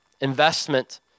investment